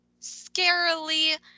scarily